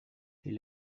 les